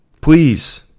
Please